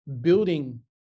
building